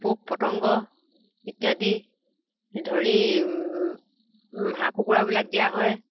পোক পতংগ ইত্যাদি ধৰি হাঁহ কুকুৰাবিলাক দিয়া হয়